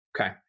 Okay